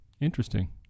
Interesting